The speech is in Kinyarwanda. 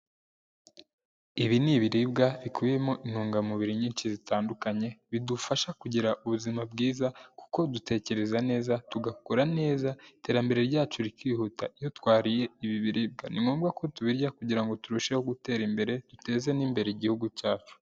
Ibi ni ibiribwa bikubiyemo intungamubiri nyinshi zitandukanye, bidufasha kugira ubuzima bwiza kuko dutekereza neza, tugakora neza, iterambere ryacu rikihuta iyo twariye ibi biribwa. Ni ngombwa ko tubirya kugira ngo turusheho gutera imbere, duteze n'imbere igihugu cyacu.